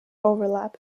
overlap